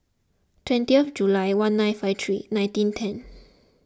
twenty of July one nine five three nineteen ten